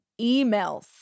emails